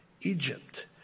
Egypt